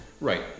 Right